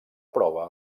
prova